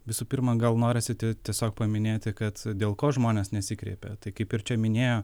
visų pirma gal norisi te tiesiog paminėti kad dėl ko žmonės nesikreipia tai kaip ir čia minėjo